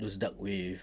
those dark waves